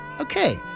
Okay